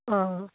অঁ